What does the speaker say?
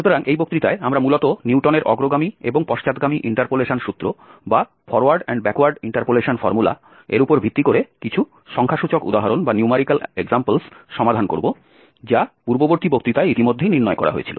সুতরাং এই বক্তৃতায় আমরা মূলত নিউটনের অগ্রগামী এবং পশ্চাৎগামী ইন্টারপোলেশন সূত্রের উপর ভিত্তি করে কিছু সংখ্যাসূচক উদাহরণ সমাধান করব যা পূর্ববর্তী বক্তৃতায় ইতিমধ্যেই নির্ণয় করা হয়েছিল